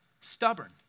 stubborn